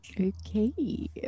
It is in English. Okay